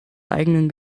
eigenen